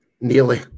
Nearly